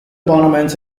parliaments